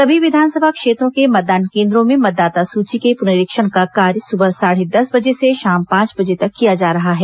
सभी विधानसभा क्षेत्रों के मतदान केंद्रो में मतदाता सूची के पुनरीक्षण का कार्य सूबह साढ़े दस बजे से शाम पांच बजे तक किया जा रहा है